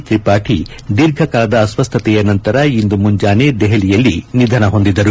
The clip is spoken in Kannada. ತ್ರಿಪಾಠಿ ದೀರ್ಘ ಕಾಲದ ಅಸ್ವಸ್ಥತೆಯ ನಂತರ ಇಂದು ಮುಂಜಾನೆ ದೆಹಲಿಯಲ್ಲಿ ನಿಧನ ಹೊಂದಿದರು